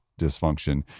dysfunction